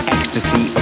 Ecstasy